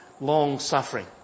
Long-suffering